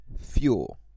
fuel